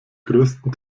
größten